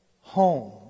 home